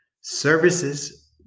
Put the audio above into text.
Services